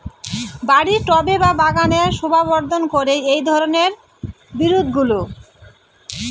বাড়ির টবে বা বাগানের শোভাবর্ধন করে এই ধরণের বিরুৎগুলো